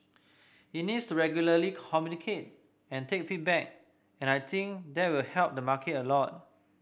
he needs to regularly communicate and take feedback and I think that will help the market a lot